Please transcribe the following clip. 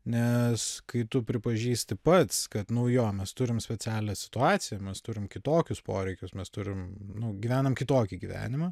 nes kai tu pripažįsti pats kad nu jo mes turim specialią situaciją mes turim kitokius poreikius mes turim nu gyvenam kitokį gyvenimą